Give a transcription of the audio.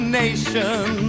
nation